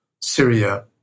Syria